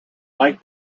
like